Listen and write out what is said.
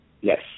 Yes